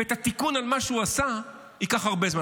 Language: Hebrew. ואת התיקון של מה שהוא עשה, ייקח הרבה זמן.